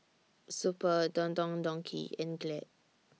Super Don Don Donki and Glad